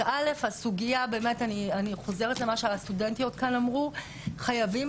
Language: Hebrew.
אני חוזרת למה שהסטודנטיות אמרו כאן: חייבים